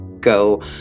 go